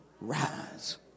rise